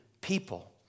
people